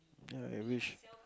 ya I wish